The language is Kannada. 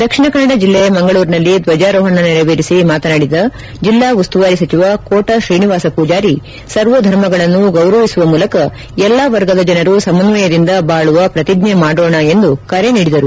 ದಕ್ಷಿಣ ಕನ್ನಡ ಜಿಲ್ಲೆ ಮಂಗಳೂರಿನಲ್ಲಿ ಧ್ವಜಾರೋಹಣ ನೆರವೇರಿಸಿ ಮಾತನಾಡಿದ ಜಿಲ್ಲಾ ಉಸ್ತುವಾರಿ ಸಚಿವ ಕೋಟಾ ಶ್ರೀನಿವಾಸ ಪೂಜಾರಿ ಸರ್ವಧರ್ಮಗಳನ್ನು ಗೌರವಿಸುವ ಮೂಲಕ ಎಲ್ಲಾ ವರ್ಗದ ಜನರು ಸಮನ್ವಯದಿಂದ ಬಾಳುವ ಪ್ರತಿಜ್ಞೆ ಮಾಡೋಣ ಎಂದು ಕರೆ ನೀಡಿದರು